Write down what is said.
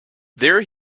there